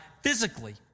physically